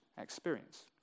experience